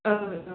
औ